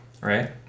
right